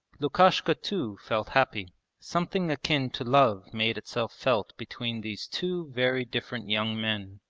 lukashka too felt happy something akin to love made itself felt between these two very different young men.